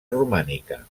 romànica